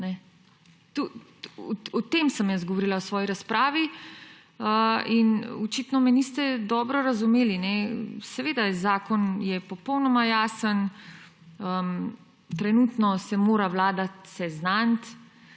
O tem sem jaz govorila v svoji razpravi in očitno me niste dobro razumeli. Seveda je zakon popolnoma jasen, trenutno se mora Vlada seznaniti,